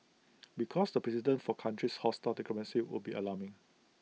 because the precedent for countries hostile democracy would be alarming